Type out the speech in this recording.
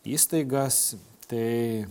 įstaigas tai